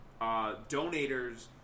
donators